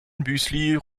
müsli